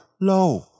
low